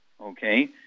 Okay